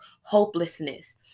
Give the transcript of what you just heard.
hopelessness